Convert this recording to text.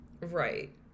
Right